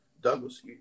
Douglas